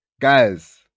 guys